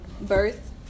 birth